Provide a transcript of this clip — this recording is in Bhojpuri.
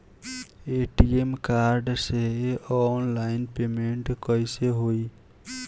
ए.टी.एम कार्ड से ऑनलाइन पेमेंट कैसे होई?